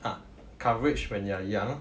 ah coverage when you are young